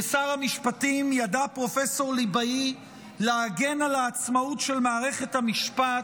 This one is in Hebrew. כשר המשפטים ידע פרופ' ליבאי להגן על העצמאות של מערכת המשפט,